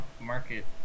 market